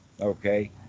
okay